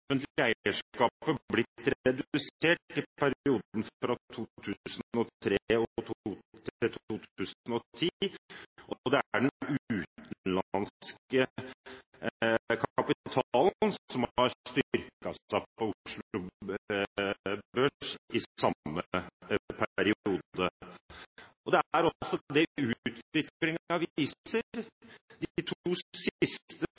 offentlige eierskapet blitt redusert i perioden fra 2003 til 2010, og det er den utenlandske kapitalen som har styrket seg på Oslo Børs i samme periode. Det er også det utviklingen viser.